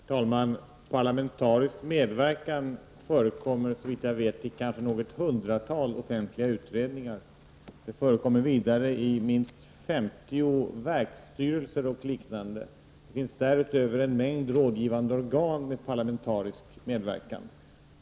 Herr talman! Parlamentarisk medverkan förekommer såvitt jag vet i något hundratal offentliga utredningar. Det förekommer vidare i minst 50 verksstyrelser och liknande organ. Därutöver finns en mängd rådgivande organ med parlamentarisk medverkan.